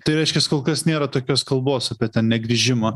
tai reiškias kol kas nėra tokios kalbos apie tą negrįžimą